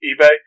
eBay